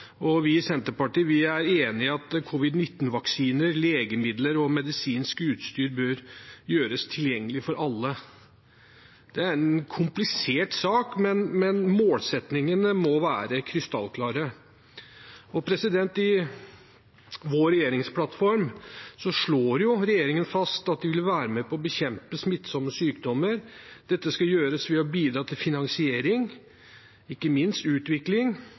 vi i Senterpartiet er enig i at covid-19-vaksiner, legemidler og medisinsk utstyr bør gjøres tilgjengelig for alle. Det er en komplisert sak, men målsettingene må være krystallklare. I vår regjeringsplattform slår regjeringen fast at den vil være med på å bekjempe smittsomme sykdommer. Dette skal gjøres ved å «bidra til finansiering, utvikling og likeverdig fordeling av vaksiner og annen helseteknologi som markedet ikke